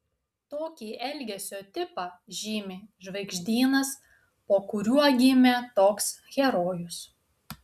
tokį elgesio tipą žymi žvaigždynas po kuriuo gimė toks herojus